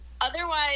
otherwise –